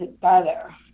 better